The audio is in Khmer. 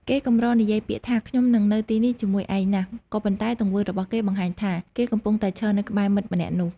គេកម្រនិយាយពាក្យថា "ខ្ញុំនឹងនៅទីនេះជាមួយឯងណាស់" ក៏ប៉ុន្តែទង្វើរបស់គេបង្ហាញថា គេកំពុងតែឈរនៅក្បែរមិត្តម្នាក់នោះ។